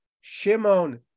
Shimon